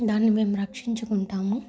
దాన్ని మేమ్ రక్షించుకుంటాము